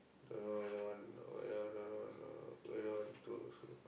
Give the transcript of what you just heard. don't know whether want or not whether whether want to also